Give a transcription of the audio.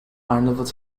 arnavut